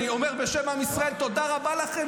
אני אומר בשם עם ישראל תודה רבה לכם